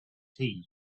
tea